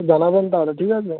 জানাবেন তাহলে ঠিক আছে